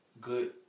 good